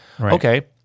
Okay